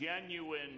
genuine